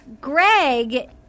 Greg